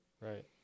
Right